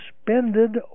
suspended